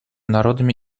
народами